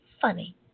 Funny